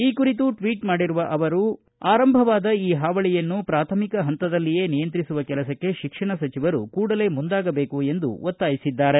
ಈ ಕುರಿತು ಟ್ವೀಟ್ ಮಾಡಿರುವ ಅವರು ಈ ಪಾವಳಿಯನ್ನು ಪ್ರಾಥಮಿಕ ಪಂತದಲ್ಲಿಯೇ ನಿಯಂತ್ರಿಸುವ ಕೆಲಸಕ್ಕೆ ಶಿಕ್ಷಣ ಸಚವರು ಕೂಡಲೇ ಮುಂದಾಗಬೇಕು ಎಂದು ಒತ್ತಾಯಿಸಿದ್ದಾರೆ